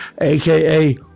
aka